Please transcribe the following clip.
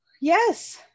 Yes